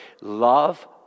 love